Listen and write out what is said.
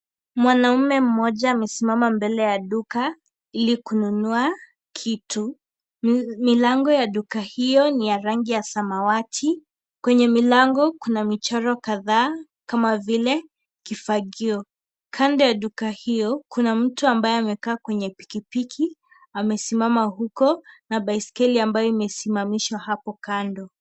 Mwanaume mmoja amesimama mbele ya duka ili kununua kitu. Milango ya duka hiyo ni ya rangi ya samawati. Kwenye milango kuna michoro kadhaa kama vile kifagio. Kando ya duka hiyo, kuna mtu ambaye amekaa kwenye pikipiki. Amesimama huko na baiskeli ambayo imesimamishwa hapo kando.